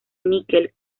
níquel